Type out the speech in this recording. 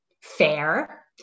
fair